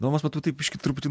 domas matau tai biškį truputį